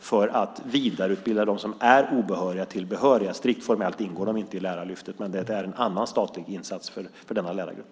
för att vidareutbilda dem som är obehöriga så att de blir behöriga. Strikt formellt ingår detta inte i Lärarlyftet. Det är en annan statlig insats för denna lärargrupp.